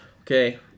Okay